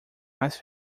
mais